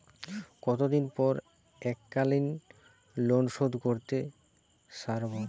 কতদিন পর এককালিন লোনশোধ করতে সারব?